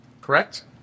correct